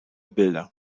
bilder